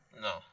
No